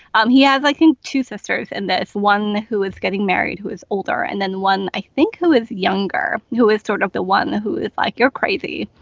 um he has i think two sisters and it's one who is getting married who is older and then one i think who is younger who is sort of the one who is like you're crazy.